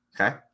Okay